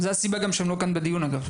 אגב,